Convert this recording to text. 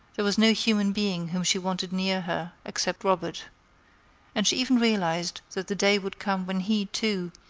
there was no human being whom she wanted near her except robert and she even realized that the day would come when he, too,